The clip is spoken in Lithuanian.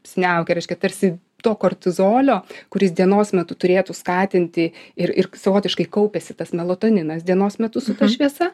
apsiniaukę reiškia tarsi to kortizolio kuris dienos metu turėtų skatinti ir ir savotiškai kaupiasi tas melatoninas dienos metu su ta šviesa